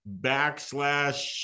backslash